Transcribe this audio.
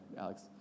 Alex